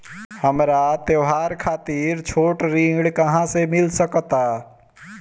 हमरा त्योहार खातिर छोट ऋण कहाँ से मिल सकता?